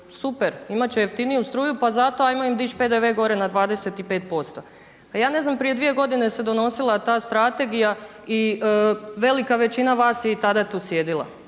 Super imat će jeftiniju struju pa zato ajmo im dići PDV gore na 25%. Pa ja ne znam, prije 2 godine se donosila ta strategija i velika većina vas je i tada tu sjedila.